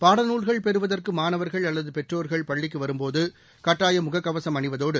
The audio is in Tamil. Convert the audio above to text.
பாடநூல்கள் பெறுவதற்கு மாணவர்கள் அல்லது பெற்றோர்கள் பள்ளிக்கு வரும்போது கட்டாயம் முகக்கவசம் அணிவதோடு